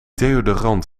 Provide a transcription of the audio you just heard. deodorant